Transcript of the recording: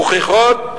מוכיחות